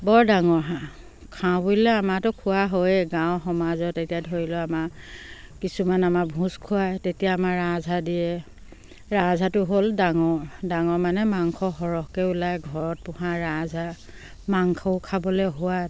বৰ ডাঙৰ হাঁহ খাওঁ বুলিলে আমাৰাতো খোৱা হয়েই গাঁৱৰ সমাজত এতিয়া ধৰি লওক আমাৰ কিছুমান আমাৰ ভোজ খোৱায় তেতিয়া আমাৰ ৰাজহাঁহ দিয়ে ৰাজহাঁহটো হ'ল ডাঙৰ ডাঙৰ মানে মাংস সৰহকৈ ওলায় ঘৰত পোহা ৰাজহাঁহ মাংসও খাবলৈ সোৱাদ